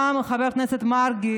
גם חבר הכנסת מרגי,